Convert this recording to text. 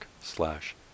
slash